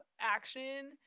action